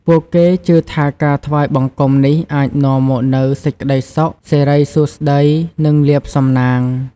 ពួកគេជឿថាការថ្វាយបង្គំនេះអាចនាំមកនូវសេចក្តីសុខ សិរីសួស្តី និងលាភសំណាង។